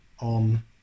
on